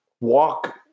walk